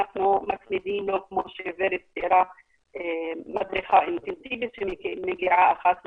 אנחנו מצמידים לו מדריכה אינטנסיבית שמגיעה אחת לשבוע,